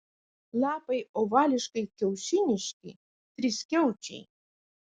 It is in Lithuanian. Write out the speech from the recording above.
lapai ovališkai kiaušiniški triskiaučiai